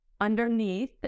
underneath